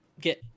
get